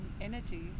energy